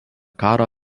karo